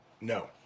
No